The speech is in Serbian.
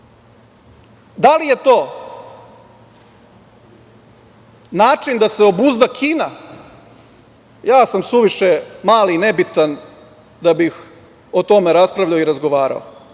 li je to način da se obuzda Kina, ja sam suviše mali i nebitan da bih o tome raspravljao i razgovarao.